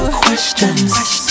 questions